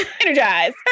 energize